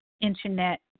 internet